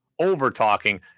over-talking